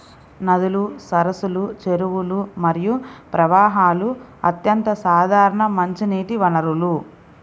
నదులు, సరస్సులు, చెరువులు మరియు ప్రవాహాలు అత్యంత సాధారణ మంచినీటి వనరులు